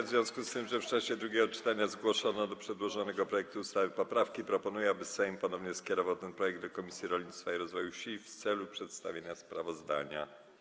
W związku z tym, że w czasie drugiego czytania zgłoszono do przedłożonego projektu ustawy poprawki, proponuję, aby Sejm ponownie skierował ten projekt do Komisji Rolnictwa i Rozwoju Wsi w celu przedstawienia sprawozdania.